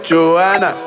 Joanna